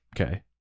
okay